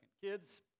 Kids